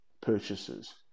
purchases